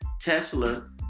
Tesla